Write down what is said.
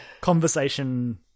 Conversation